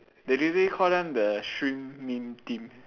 they literally call them the stream meme team